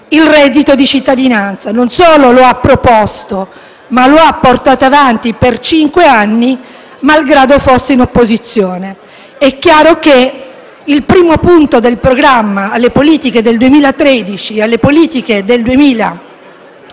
il reddito di cittadinanza. Non solo lo ha proposto, ma lo ha portato avanti per cinque anni malgrado fosse all'opposizione. È chiaro che il primo punto del programma alle elezioni politiche del 2013